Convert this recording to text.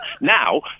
now